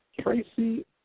Tracy